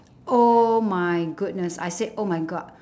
oh my goodness I said oh my god